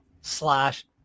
slash